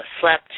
slept